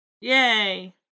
Yay